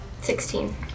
Sixteen